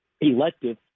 elective